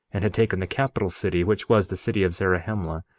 and had taken the capital city which was the city of zarahemla,